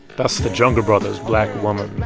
that's the jungle brothers' black woman